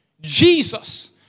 Jesus